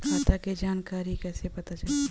खाता के जानकारी कइसे पता चली?